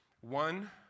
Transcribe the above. one